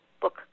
book